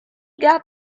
got